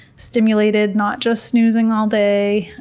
stimulated, not just snoozing all day.